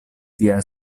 via